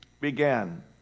began